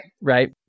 Right